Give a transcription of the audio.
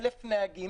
לקחנו 1,000 נהגים,